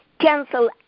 Cancel